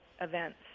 events